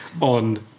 on